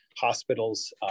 hospitals